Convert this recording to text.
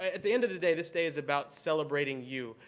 at the end of the day, this day is about celebrating you.